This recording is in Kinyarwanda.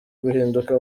guhinduka